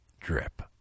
drip